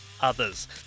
others